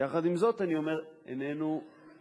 יחד עם זאת אני אומר שאיננו יודעים